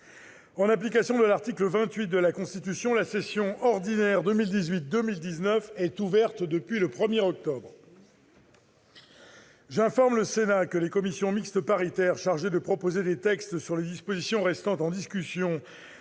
En application de l'article 28 de la Constitution, la session ordinaire 2018-2019 est ouverte depuis le 1 octobre. J'informe le Sénat que les commissions mixtes paritaires chargées de proposer des textes sur les dispositions restant en discussion